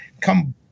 come